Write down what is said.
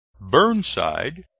burnside